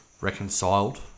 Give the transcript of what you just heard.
reconciled